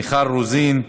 מיכל רוזין,